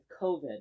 COVID